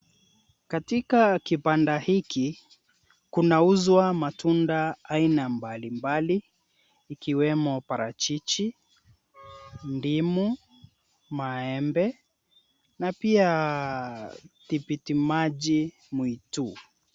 Katika kibanda hiki kunauzwa matunda aina mbalimbali, ikiwemo parachichi, ndimu, maembe na pia tikiti maji mwitu.